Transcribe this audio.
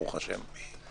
ברוך השם.